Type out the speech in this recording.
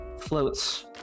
floats